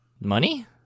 Money